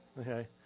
Okay